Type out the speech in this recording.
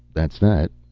that's that.